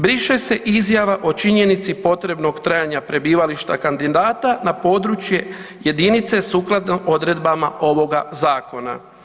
Briše se izjava o činjenici potrebnog trajanja prebivališta kandidata na područje jedinice sukladno odredbama ovoga Zakona.